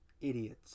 Idiots